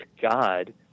God